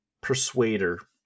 persuader